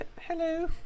hello